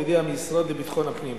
בידי המשרד לביטחון הפנים.